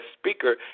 speaker